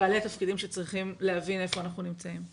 ובעלי תפקידים שצריכים להבין איפה אנחנו נמצאים.